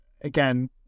again